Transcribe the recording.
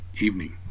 evening